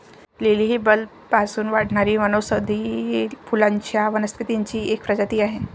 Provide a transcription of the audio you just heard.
lily ही बल्बपासून वाढणारी वनौषधी फुलांच्या वनस्पतींची एक प्रजाती आहे